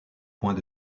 points